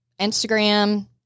Instagram